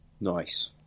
Nice